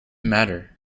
matter